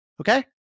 okay